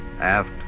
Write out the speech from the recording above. Aft